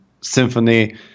symphony